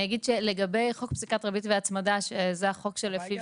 לגבי חוק פסיקת ריבית והצמדה שזה החוק שלפיו